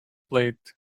plate